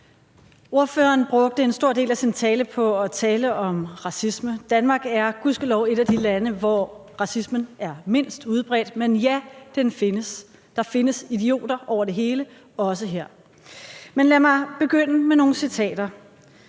Ordføreren brugte en stor del af sin tale på at tale om racisme. Danmark er gudskelov et af de lande, hvor racismen er mindst udbredt, men ja, den findes. Der findes idioter alle steder, også her. Men lad mig begynde med nogle citater: